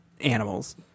animals